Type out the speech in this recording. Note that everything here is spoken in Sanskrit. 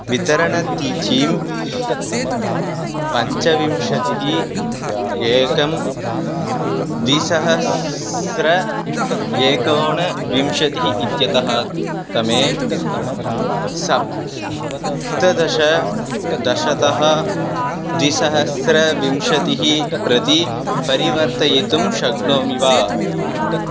वितरणतिथिं पञ्चविंशतिः एकं द्विसहस्र एकोनविंशतिः इत्यतः तमे सप्तदशदशततः द्विसहस्रविंशतिः प्रति परिवर्तयितुं शक्नोमि वा